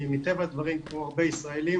מטבע הדברים כמו הרבה ישראלים